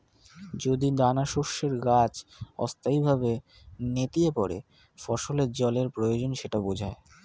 যদি দানাশস্যের গাছ অস্থায়ীভাবে নেতিয়ে পড়ে ফসলের জলের প্রয়োজন সেটা বোঝায়